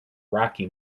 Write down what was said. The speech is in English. rocky